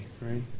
right